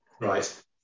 Right